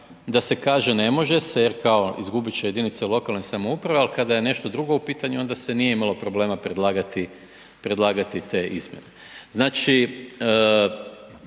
da se kaže ne može se, jer kao izgubiti će jedinice lokalne samouprave ali kada je nešto drugo u pitanju onda se nije imalo problema predlagati te izmjene. Znači